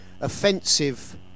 offensive